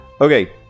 Okay